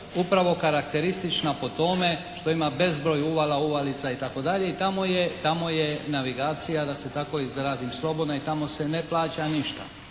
upravo karakteristična po tome što ima bezbroj uvala, uvalica itd. i tamo je navigacija da se tako izrazim slobodna i tamo se ne plaća ništa.